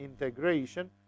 integration